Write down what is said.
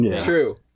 True